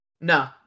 No